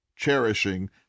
cherishing